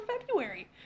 February